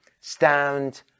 stand